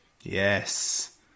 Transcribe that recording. Yes